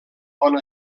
bon